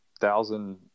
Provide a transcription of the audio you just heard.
thousand